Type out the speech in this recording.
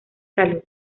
salud